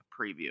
preview